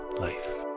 life